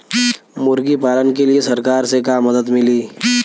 मुर्गी पालन के लीए सरकार से का मदद मिली?